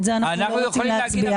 את זה אנחנו לא רוצים להצביע,